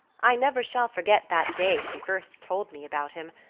i never shall forget that day she first told me about him,